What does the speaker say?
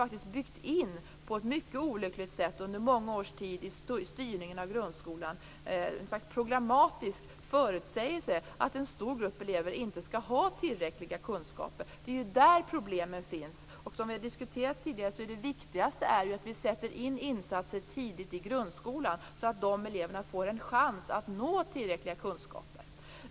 Vi har på ett mycket olyckligt sätt under många års tid byggt in i styrningen av grundskolan ett slags programmatisk förutsägelse att en stor grupp elever inte skall ha tillräckliga kunskaper. Det är där problemen finns. Det viktigaste är ju, som vi har diskuterat tidigare, att vi sätter in insatser tidigt i grundskolan så att de eleverna får en chans att få tillräckliga kunskaper.